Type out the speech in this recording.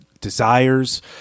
desires